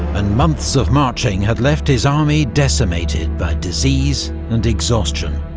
and months of marching had left his army decimated by disease and exhaustion.